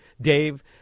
Dave